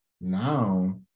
Now